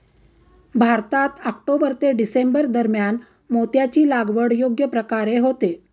भारतात ऑक्टोबर ते डिसेंबर दरम्यान मोत्याची लागवड योग्य प्रकारे होते